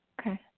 Okay